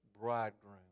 bridegroom